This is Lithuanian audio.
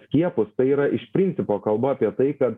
skiepus tai yra iš principo kalba apie tai kad